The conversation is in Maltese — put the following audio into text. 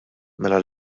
mela